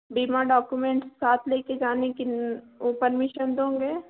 बीमा डॉकूमेंट साथ लेकर जाने की वह परमिशन दोगे